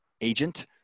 agent